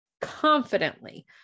confidently